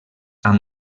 amb